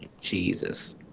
jesus